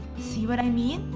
see what i mean?